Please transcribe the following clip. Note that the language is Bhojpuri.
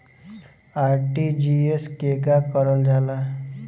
आर.टी.जी.एस केगा करलऽ जाला?